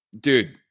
Dude